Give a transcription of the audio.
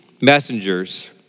messengers